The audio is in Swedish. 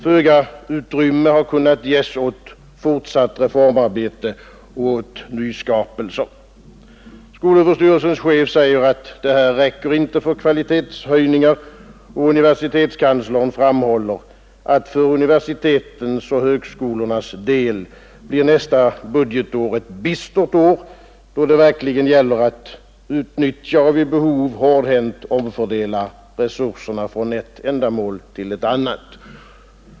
Föga utrymme har kunnat ges åt fortsatt reformarbete och åt nyskapelser. Skolöverstyrelsens chef säger att det här räcker inte för kvalitetshöjningar, och universitetskanslern framhåller att för universitetens och högskolornas del blir nästa budgetår ett bistert år, då det verkligen gäller att utnyttja och vid behov hårdhänt omfördela resurserna från ett ändamål till ett annat.